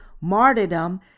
martyrdom